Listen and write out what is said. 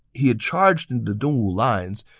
he had charged into the dongwu lines,